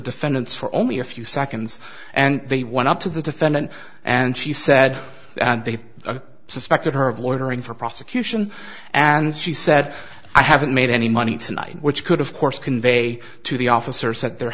defendants for only a few seconds and they went up to the defendant and she said they suspected her of ordering for prosecution and she said i haven't made any money tonight which could of course convey to the officers that the